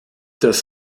das